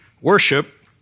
worship